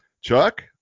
Chuck